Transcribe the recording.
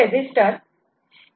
99 KHz पर second 6